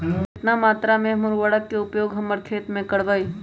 कितना मात्रा में हम उर्वरक के उपयोग हमर खेत में करबई?